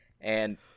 and-